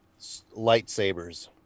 lightsabers